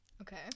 Okay